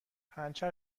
پنچر